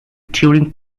turing